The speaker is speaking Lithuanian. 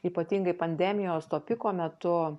ypatingai pandemijos to piko metu